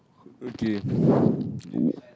quickly